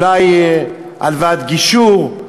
אולי הלוואת גישור,